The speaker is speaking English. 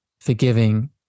forgiving